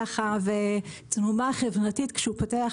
עד כאן אני צודק.